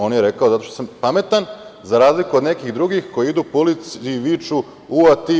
On je rekao, zato što sam pametan, za razliku od nekih drugih koji idu po ulici i viču - ua ti, ua ti.